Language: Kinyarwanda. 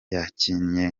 yakinnye